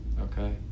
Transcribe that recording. Okay